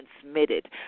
transmitted